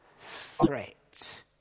threat